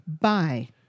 bye